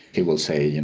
he will say,